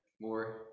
more